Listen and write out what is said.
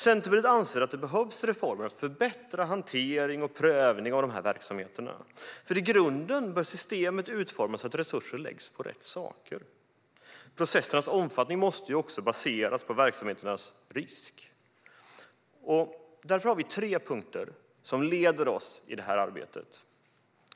Centerpartiet anser att det behövs reformer för att förbättra hantering och prövning av dessa verksamheter. I grunden bör systemet utformas så att resurser läggs på rätt saker. Processens omfattning måste också baseras på verksamhetens risk. Centerpartiet har därför tre punkter som leder oss i arbetet.